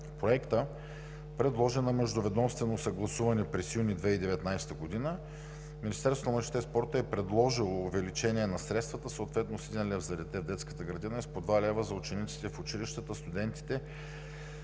Проекта, предложен на междуведомствено съгласуване през месец юни 2019 г., Министерството на младежта и спорта е предложило увеличение на средствата съответно с 1 лв. за дете в детската градина и с по 2 лв. за учениците в училищата, студентите,